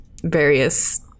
various